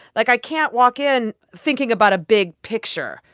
like, i can't walk in thinking about a big picture.